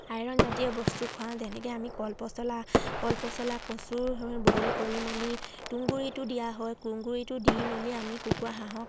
আইৰণজাতীয় বস্তু খুৱাওঁ যেনেকে আমি কল পচলা কল পচলা কচু বইল কৰি মেলি তুঁহগুড়িটো দিয়া হয় তুঁহগুড়িটো দি মেলি আমি কুকুৰা হাঁহক